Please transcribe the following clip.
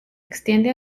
extiende